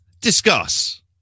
Discuss